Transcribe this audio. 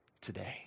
today